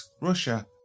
Russia